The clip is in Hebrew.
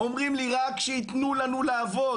אומרים לי: רק שייתנו לנו לעבוד,